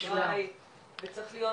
בבית וצריך להיות